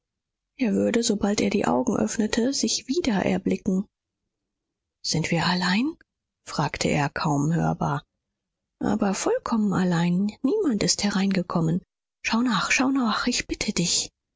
er würde sobald er die augen öffnete sich wieder erblicken sind wir allein fragte er kaum hörbar aber vollkommen allein niemand ist hereingekommen schau nach schau nach ich bitte dich